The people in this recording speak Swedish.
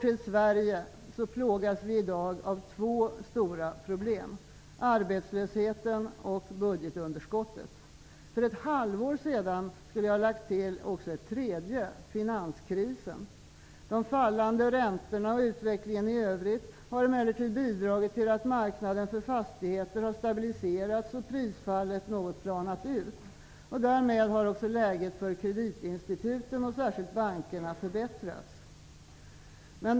I Sverige plågas vi i dag av två stora problem: arbetslösheten och budgetunderskottet. För ett halvår sedan skulle jag också ha lagt till ett tredje: finanskrisen. De fallande räntorna och utvecklingen i övrigt har emellertid bidragit till att marknaden för fastigheter har stabiliserats och prisfallet planat ut något. Därmed har också läget för kreditinstituten, särskilt bankerna, förbättrats.